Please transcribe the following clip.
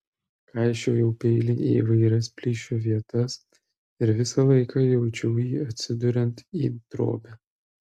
kaišiojau peilį į įvairias plyšio vietas ir visą laiką jaučiau jį atsiduriant į drobę